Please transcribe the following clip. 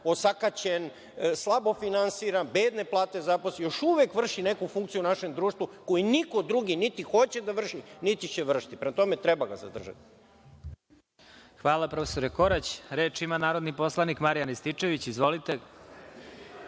osakaćen, slabo finansiran, bedne plate zaposlenih, još uvek vrši neku funkciju u našem društvu koju niko drugi niti hoće da vrši, niti će vršiti. Prema tome, treba ga zadržati. **Vladimir Marinković** Hvala prof. Korać. Reč ima narodni poslanik Marijan Rističević. Izvolite.